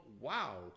wow